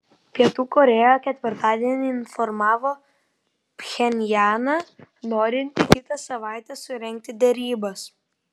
pietų korėja ketvirtadienį informavo pchenjaną norinti kitą savaitę surengti derybas